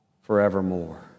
forevermore